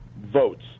votes